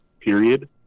period